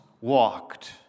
walked